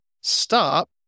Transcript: stop